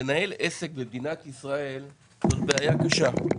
לנהל עסק במדינת ישראל זאת בעיה קשה,